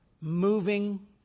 moving